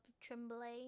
Tremblay